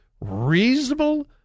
reasonable